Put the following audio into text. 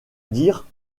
dire